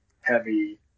heavy